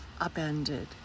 upended